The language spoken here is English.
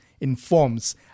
informs